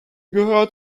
gehört